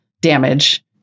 damage